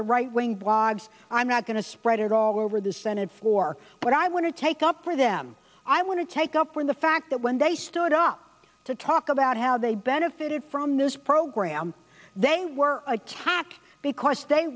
the right wing blogs i'm not going to spread it all over the senate floor but i want to take up for them i want to take up with the fact that when they stood up to talk about how they benefited from this program they were attacked because they